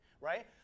Right